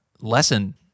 lesson